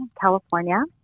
California